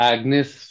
Agnes